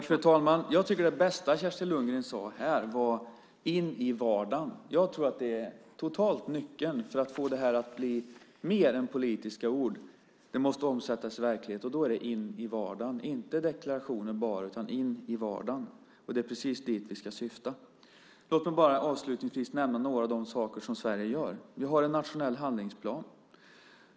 Fru talman! Det bästa som Kerstin Lundgren sade här var: in i vardagen. Jag tror att det är nyckeln för att det här ska bli mer än politiska ord. Det måste omsättas i verkligheten. Då ska det in i vardagen. Det ska inte bara finnas i deklarationen, utan inne i vardagen. Det är dit vi ska syfta. Avslutningsvis ska jag nämna något av det som Sverige gör. Vi har en nationell handlingsplan.